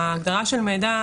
ההגדרה של "מידע",